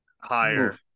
Higher